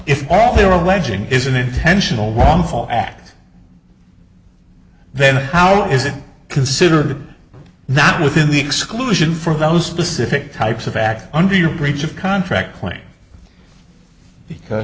if all they're alleging is an intentional wrongful act then how is it considered that within the exclusion for those specific types of fact under your breach of contract claim because